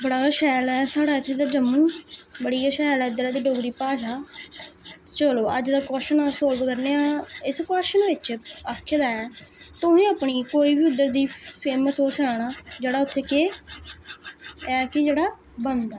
बड़ा शैल ऐ साढ़ा इत्थूं दा जम्मू बड़ी गै शैल ऐ इद्धरा दी डोगरी भाशा चलो अज्ज दा क्वेशन सोल्व करनेआं इस क्वेशन बिच्च आखेदा ऐ तुसें अपनी कोई बी उद्धर दी फेमस ओह् सनाना जेह्ड़ा उत्थै के ऐ कि केह् जेह्ड़ा बनदा ऐ